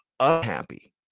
unhappy